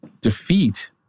defeat